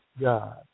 God